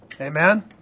Amen